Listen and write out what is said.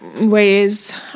ways